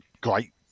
Great